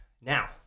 Now